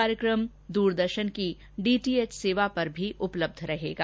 कार्यक्रम द्रदर्शन की डीटीएच सेवा पर भी उपलब्ध रहेगा